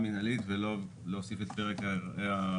שקשורות למישור המסחרי במרכאות של ההתקשרות